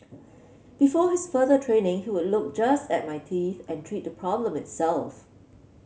before his further training he would look just at my teeth and treat the problem itself